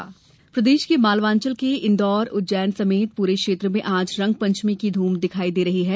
रंगपंचमी प्रदेश के मालवांचल के इन्दौर उज्जैन समेत पूरे क्षेत्र में आज रंगपंचमी की धूम दिखाई दे रही है